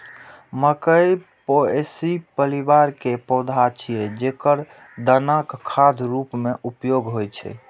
मकइ पोएसी परिवार के पौधा छियै, जेकर दानाक खाद्य रूप मे उपयोग होइ छै